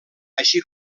així